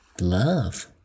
love